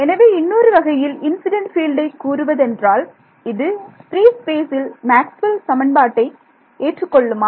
எனவே இன்னொரு வகையில் இன்சிடென்ட் பீல்டை கூறுவதென்றால் இது பிரீ ஸ்பேசில் மேக்ஸ்வெல் சமன்பாட்டை ஏற்றுக்கொள்ளுமா